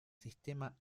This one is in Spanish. sistema